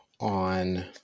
on